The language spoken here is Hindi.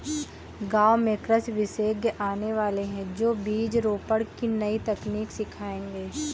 गांव में कृषि विशेषज्ञ आने वाले है, जो बीज रोपण की नई तकनीक सिखाएंगे